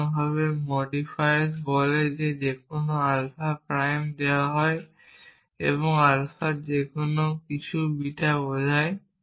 সাধারণভাবে modifies বলে যে কোনো আলফা প্রাইম দেওয়া হয় এবং আলফার যেকোনো কিছু বিটা বোঝায়